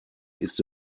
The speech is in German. ist